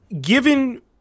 given